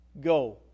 Go